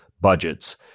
budgets